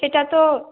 এটা তো